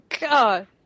God